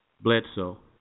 Bledsoe